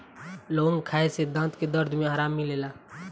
लवंग खाए से दांत के दरद में आराम मिलेला